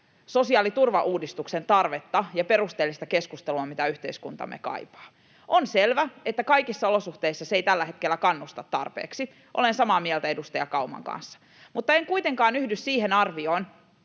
sosiaaliturvauudistuksen tarvetta ja perusteellista keskustelua, mitä yhteiskuntamme kaipaa. On selvä, että kaikissa olosuhteissa se ei tällä hetkellä kannusta tarpeeksi — olen samaa mieltä edustaja Kauman kanssa — mutta en kuitenkaan yhdy siihen arvioon,